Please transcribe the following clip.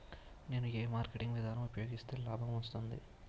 నేను ఏ మార్కెటింగ్ విధానం ఉపయోగిస్తే లాభం వస్తుంది?